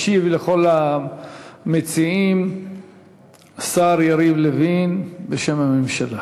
ישיב לכל המציעים השר יריב לוין בשם הממשלה.